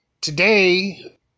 today